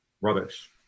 rubbish